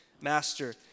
Master